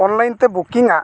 online booking